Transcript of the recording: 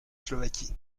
slovaquie